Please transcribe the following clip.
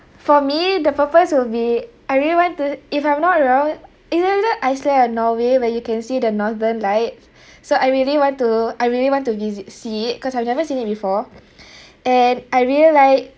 for me the purpose will be I really want to if I'm not wrong it's either iceland or norway where you can see the northern lights so I really want to I really want to visit see it because I've never seen it before and I really like